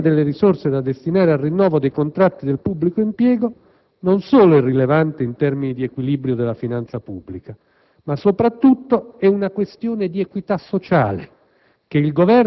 Il tema delle risorse da destinare al rinnovo dei contratti del pubblico impiego non solo è rilevante in termini di equilibrio della finanza pubblica, ma soprattutto è una questione di equità sociale